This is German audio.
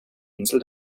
insel